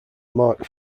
mark